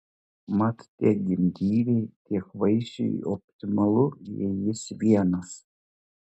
mat tiek gimdyvei tiek vaisiui optimalu jei jis vienas